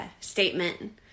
statement